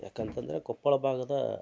ಯಾಕಂತಂದರೆ ಕೊಪ್ಪಳ ಭಾಗದ